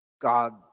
God